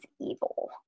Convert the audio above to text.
evil